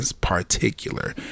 particular